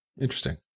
Interesting